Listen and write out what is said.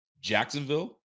Jacksonville